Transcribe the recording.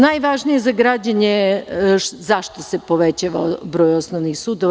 Najvažnije za građane jeste zašto se povećava broj osnovnih sudova.